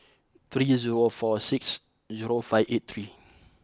three zero four six zero five eight three